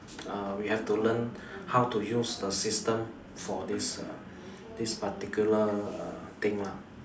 uh we have to learn how to use the system for this uh this particular err thing lah